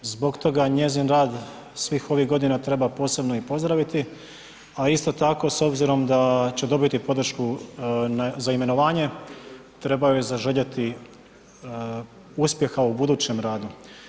Zbog toga njezin rad svih ovih godina treba posebno i pozdraviti a isto tako s obzirom da će dobiti podršku za imenovanje, treba joj zaželjeti uspjeha u budućem radu.